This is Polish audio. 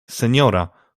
seniora